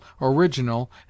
original